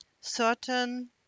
certain